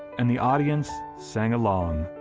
and the audience sang along.